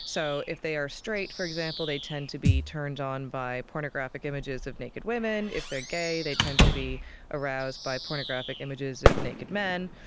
so if they are straight, for example, they tend to be turned on by pornographic images of naked women. if they're gay they tend to be aroused by pornographic images of naked men.